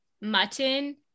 mutton